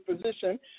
position